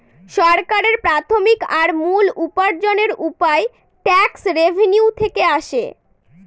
সরকারের প্রাথমিক আর মূল উপার্জনের উপায় ট্যাক্স রেভেনিউ থেকে আসে